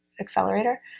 accelerator